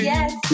Yes